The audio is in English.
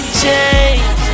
change